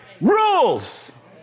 rules